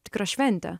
tikrą šventę